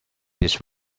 this